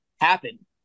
happen